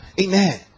amen